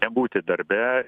nebūti darbe